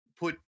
put